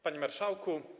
Panie Marszałku!